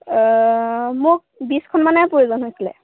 মোক বিছখনমানেই প্ৰয়োজন হৈছিলে